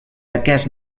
aquest